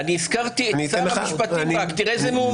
אני הזכרתי רק את שר המשפטים, תראה איזה מהומה.